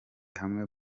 hamwe